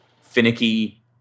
finicky